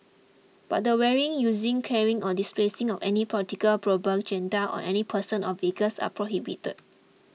but the wearing using carrying or displaying of any political propaganda on any person or vehicles are prohibited